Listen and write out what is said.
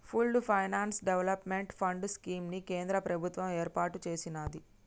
pooled finance development fund scheme ని కేంద్ర ప్రభుత్వం ఏర్పాటు చేసినాది